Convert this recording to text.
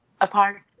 apart